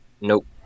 Nope